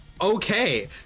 Okay